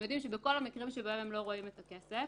הם יודעים שבכל המקרים שבהם הם לא רואים את הכסף,